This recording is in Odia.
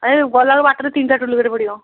ଏଇ ଗଲାବେଳକୁ ବାଟରେ ତିନିଟା ଟୋଲ୍ ଗେଟ୍ ପଡ଼ିବ